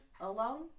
alone